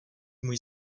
můj